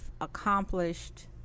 accomplished